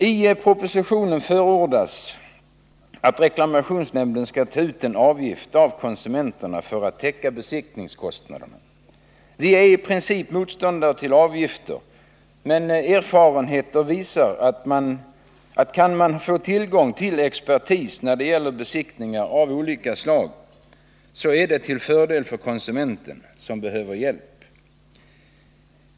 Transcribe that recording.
I propositionen förordas att reklamationsnämnden skall ta ut en avgift av konsumenterna för att täcka besiktningskostnaderna. Vi äri princip motståndare till avgifter, men erfarenheten visar att kan man få tillgång till expertis när det gäller besiktningar av olika slag så är det till fördel för konsumenten som behöver hälp.